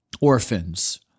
orphans